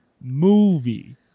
movie